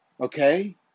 okay